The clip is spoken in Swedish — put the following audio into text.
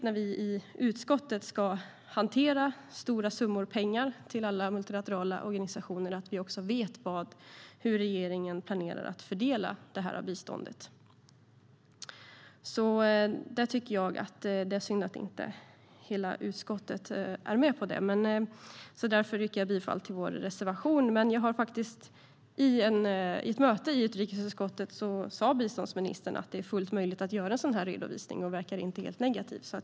När vi i utskottet ska hantera stora summor pengar till alla multilaterala organisationer är det väldigt viktigt att vi också vet hur regeringen planerar att fördela biståndet. Jag tycker att det är synd att inte hela utskottet är med på detta. Därför yrkar jag bifall till vår reservation. Vid ett möte i utrikesutskottet sa dock biståndsministern att det är fullt möjligt att göra sådan här redovisning. Hon verkade inte helt negativ.